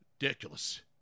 Ridiculous